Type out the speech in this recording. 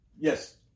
Yes